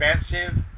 expensive